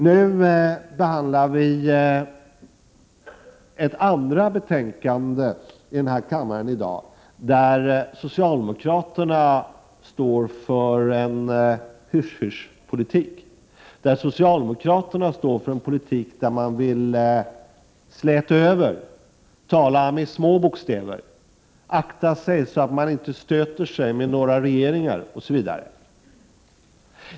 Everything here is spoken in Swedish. Nu behandlas i denna kammare i dag ett andra betänkande, där socialdemokraterna står för en hysch-hysch-politik, en politik där man vill släta över, tala med små bokstäver, akta sig så att man inte stöter sig med några regeringar, osv.